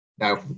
No